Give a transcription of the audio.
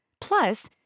Plus